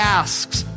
asks